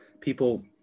people